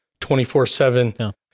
24-7